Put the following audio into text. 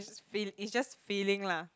it's just f~ it's just feeling lah